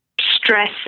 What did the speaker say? stress